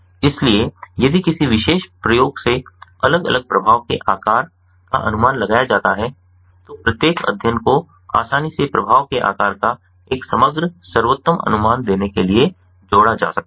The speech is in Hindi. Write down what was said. इसलिए यदि किसी विशेष प्रयोग से अलग अलग प्रभाव के आकार का अनुमान लगाया जाता है तो प्रत्येक अध्ययन को आसानी से प्रभाव के आकार का एक समग्र सर्वोत्तम अनुमान देने के लिए जोड़ा जा सकता है